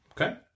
Okay